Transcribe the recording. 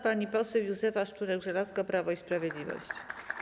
Pani poseł Józefa Szczurek-Żelazko, Prawo i Sprawiedliwość.